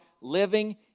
living